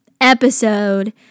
Episode